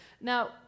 Now